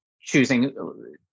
choosing